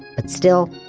but still,